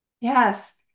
Yes